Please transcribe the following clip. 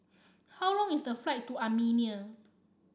how long is the flight to Armenia